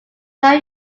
now